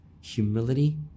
humility